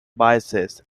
biases